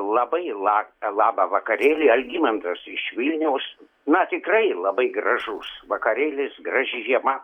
labai la labą vakarėlį algimantas iš vilniaus na tikrai labai gražus vakarėlis graži žiema